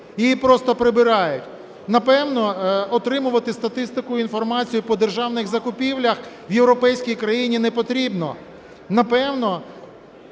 її просто прибирають. Напевно, отримувати статистику, інформацію по державних закупівлях в європейській країні непотрібно. Напевно,